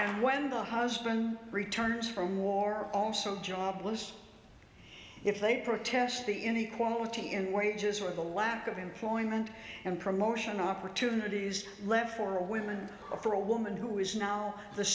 thanks when the husband returns from war also jobless if they protest the inequality in wages or the lack of employment and promotion opportunities left for women for a woman who is now the